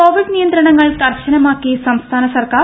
Covid നിയന്ത്രണങ്ങൾ ക്ർശനമാക്കി സംസ്ഥാന സർക്കാർ